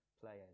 players